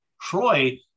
Troy